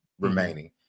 remaining